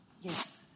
Yes